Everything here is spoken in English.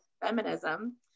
feminism